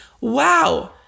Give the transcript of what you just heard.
Wow